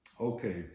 Okay